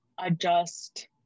adjust